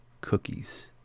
cookies